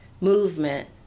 movement